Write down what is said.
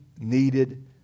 needed